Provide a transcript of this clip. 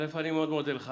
אני מאוד מודה לך.